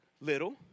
little